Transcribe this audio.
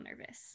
nervous